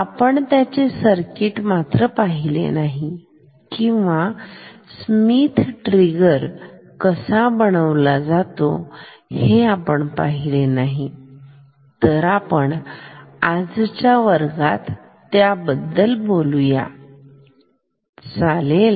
आपण त्याचे सर्किट मात्र पाहिले नाही किंवा स्मिथ ट्रिगर कसा बनवला जातो हे आपण पाहिले नाही तर आपण आजच्या वर्गात त्याबद्दल बोलू या चालेल